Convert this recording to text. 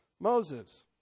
Moses